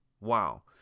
wow